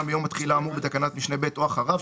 ביום התחילה האמור בתקנת משנה (ב) או אחריו,